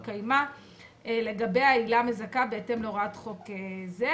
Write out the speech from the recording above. שהתקיימה לגביה עילה מזכה בהתאם להוראת חוק זה,